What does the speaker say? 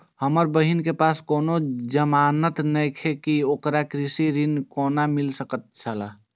हमर बहिन के पास कोनो जमानत नेखे ते ओकरा कृषि ऋण कोना मिल सकेत छला?